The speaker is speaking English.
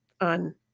on